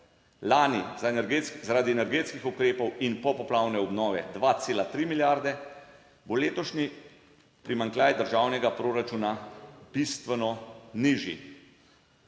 zaradi energetskih ukrepov in popoplavne obnove 2,3 milijarde, bo letošnji primanjkljaj državnega proračuna bistveno nižji.